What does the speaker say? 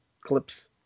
clips